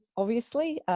obviously,